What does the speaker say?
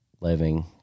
living